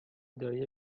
دایی